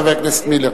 חבר הכנסת מילר.